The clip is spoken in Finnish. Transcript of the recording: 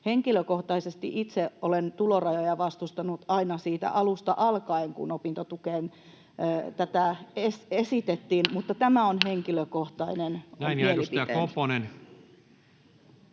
Henkilökohtaisesti itse olen tulorajoja vastustanut aina siitä alusta alkaen, kun opintotukeen näitä esitettiin, mutta tämä on henkilökohtainen mielipiteeni. Edustaja Koponen.